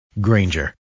Granger